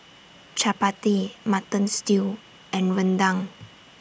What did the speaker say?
Chappati Mutton Stew and Rendang